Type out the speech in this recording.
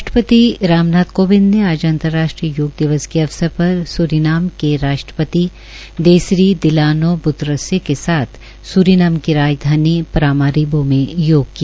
राष्ट्रपति राम नाम कोविंद ने आज अंतर्राष्ट्रीय योग दिवस के अवसर पर सूरीनाम के राष्ट्रपति देसरी दिलानो ब्तरस्य के साथ सूनीनाम की राजधानी परामारीबो में योग किया